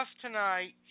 tonight